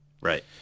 Right